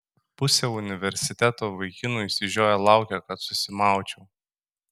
pusė universiteto vaikinų išsižioję laukia kad susimaučiau